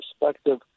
perspective